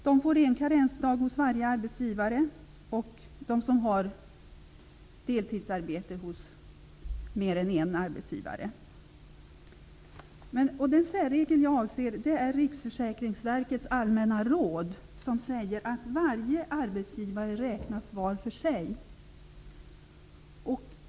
De får en karensdag hos varje arbetsgivare liksom de som har deltidsarbete hos mer än en arbetsgivare. Den särregel jag avser är Riksförsäkringsverkets allmänna råd, som säger att varje arbetsgivare räknas var för sig.